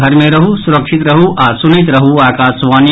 घर मे रहू सुरक्षित रहू आ सुनैत रहू आकाशवाणी